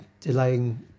delaying